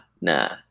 nah